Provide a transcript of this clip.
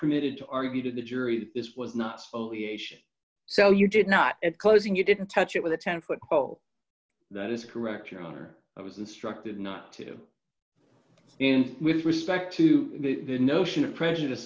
permitted to argue to the jury that this was not so you did not at closing you didn't touch it with a ten foot oh that is correct your honor i was instructed not to with respect to the notion of prejudice